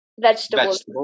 vegetables